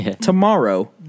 Tomorrow